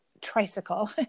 tricycle